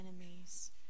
enemies